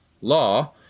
law